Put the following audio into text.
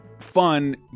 fun